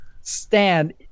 stand